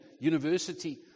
university